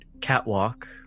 catwalk